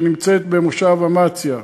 שנמצאת במושב אמציה,